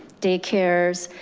daycares,